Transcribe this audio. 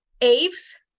Aves